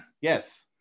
Yes